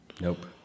Nope